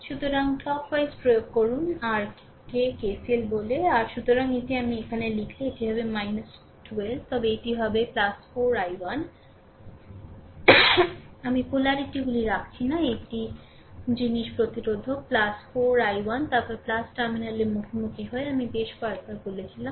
সুতরাং ক্লকওয়াইজ প্রয়োগ করুন যাকে r কে KCL বলে r সুতরাং এটি আমি এখানে লিখলে এটি হবে 12 তবে এটি হবে 4 i1 আমি পোলারিটিগুলি রাখছি না এটি জিনিস প্রতিরোধক 4 i1 তারপরে টার্মিনালের মুখোমুখি হয়ে আমি বেশ কয়েকবার বলেছিলাম